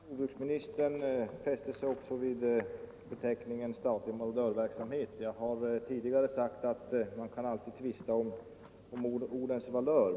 Herr talman! Jordbruksministern fäste sig också vid beteckningen statlig marodörverksamhet. Jag har tidigare sagt att man alltid kan tvista om ordens valör.